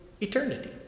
eternity